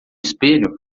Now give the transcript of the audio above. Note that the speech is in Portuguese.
espelho